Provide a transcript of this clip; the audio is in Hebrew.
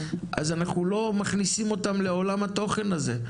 אנחנו לא מכניסים אותם לעולם התוכן הזה.